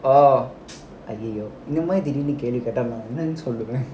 orh அது நீயா திடீர்னு கேள்வி கேட்ட நான் என்னனு சொல்லுவேன்:adhu neeya thideernu kelvi kettaa naan ennanu solluvaen